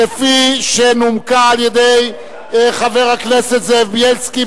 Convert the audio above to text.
כפי שנומקה על-ידי חבר הכנסת זאב בילסקי,